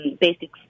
basic